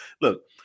look